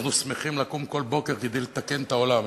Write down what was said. אנחנו שמחים לקום כל בוקר כדי לתקן את העולם,